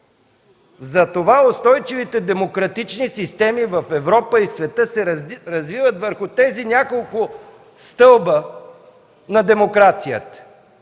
Затова устойчивите демократични системи в Европа и света се развиват върху тези няколко стълба на демокрацията.